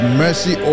mercy